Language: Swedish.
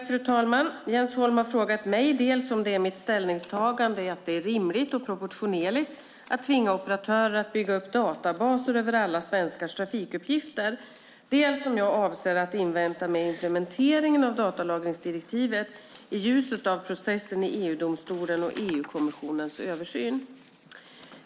Fru talman! Jens Holm har frågat mig dels om det är mitt ställningstagande att det är rimligt och proportionerligt att tvinga operatörer att bygga upp databaser över alla svenskars trafikuppgifter, dels om jag avser att invänta med implementeringen av datalagringsdirektivet i ljuset av processen i EU-domstolen och EU-kommissionens översyn.